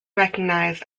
recognised